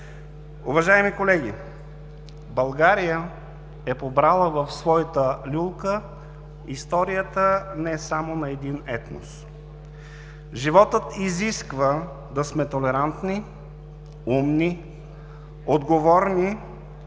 Уважаеми колеги, България е побрала в своята люлка историята не само на един етнос. Животът изисква да сме толерантни, умни, отговорни,